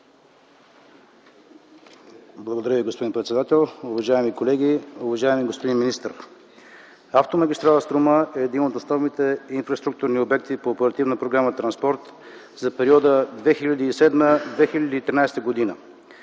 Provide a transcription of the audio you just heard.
Благодаря Ви, господин председател. Уважаеми колеги, уважаеми господин министър! Автомагистрала „Струма” е един от основните инфраструктурни обекти по оперативна програма „Транспорт” за периода 2007-2013 г.